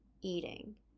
eating